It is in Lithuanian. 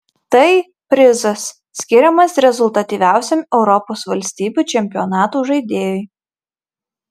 tai prizas skiriamas rezultatyviausiam europos valstybių čempionatų žaidėjui